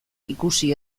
ikusi